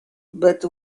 but